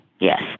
yes